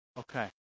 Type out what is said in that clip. Okay